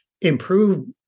improve